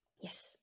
Yes